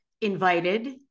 invited